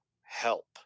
help